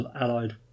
allied